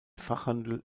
fachhandel